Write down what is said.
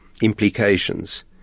implications